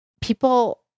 people